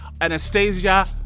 Anastasia